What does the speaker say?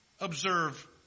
observe